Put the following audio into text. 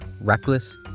reckless